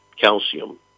calcium